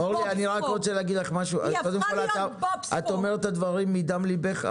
אורלי את אומרת את הדברים מדם ליבך,